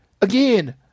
again